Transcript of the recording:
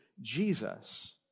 Jesus